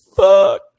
fuck